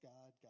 God